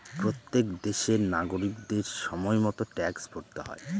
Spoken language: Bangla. প্রত্যেক দেশের নাগরিকদের সময় মতো ট্যাক্স ভরতে হয়